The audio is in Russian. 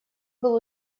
был